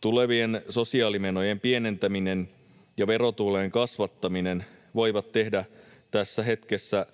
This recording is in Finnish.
Tulevien sosiaalimenojen pienentäminen ja verotulojen kasvattaminen voivat tehdä tässä hetkessä